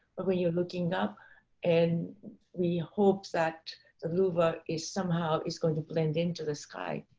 but when you're looking up and we hope that the louvre is somehow is going to blend into the sky.